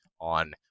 on